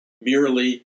merely